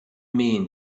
men